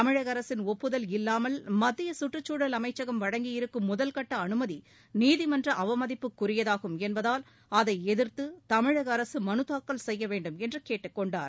தமிழக அரசின் ஒப்புதல் இல்லாமல் மத்திய சுற்றுச்சூழல் அமைச்சகம் வழங்கியிருக்கும் முதல்கட்ட அனுமதி நீதிமன்ற அவமதிப்புக்குரியதாகும் என்பதால் அதை எதிர்த்து தமிழக அரசு மனு தாக்கல் செய்ய வேண்டும் என்று கேட்டுக்கொண்டார்